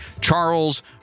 Charles